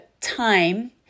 time